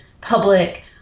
public